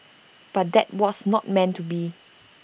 but that was not meant to be